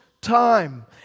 time